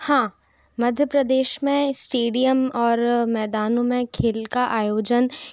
हाँ मध्य प्रदेश में इस्टिडियम और मैदानों में खेल का आयोजन